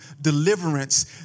deliverance